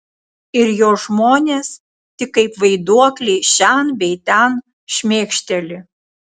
ir jo žmonės tik kaip vaiduokliai šen bei ten šmėkšteli